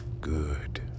Good